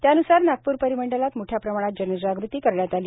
त्यान्सार नागपूर परिमंडलात मोठ्या प्रमाणात जनजागृती करण्यात आली